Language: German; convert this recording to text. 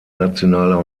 nationaler